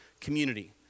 community